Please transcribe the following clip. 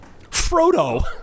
Frodo